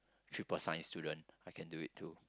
triple science student I can do it too